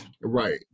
Right